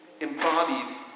embodied